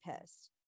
pissed